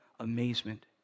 amazement